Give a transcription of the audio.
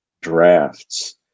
drafts